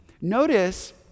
Notice